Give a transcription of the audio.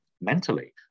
mentally